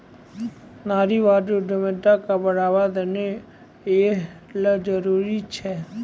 नारीवादी उद्यमिता क बढ़ावा देना यै ल जरूरी छै